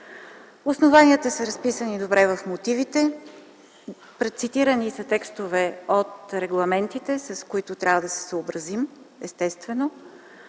Основанията са разписани добре в мотивите през цитираните текстове от регламентите, с които трябва да се съобразим естествено.